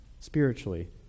spiritually